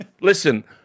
listen